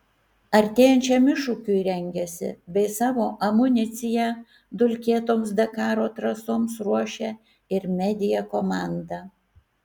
artėjančiam iššūkiui rengiasi bei savo amuniciją dulkėtoms dakaro trasoms ruošia ir media komanda